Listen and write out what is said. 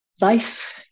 Life